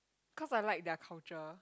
cause I like their culture